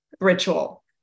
ritual